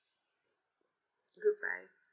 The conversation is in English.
good bye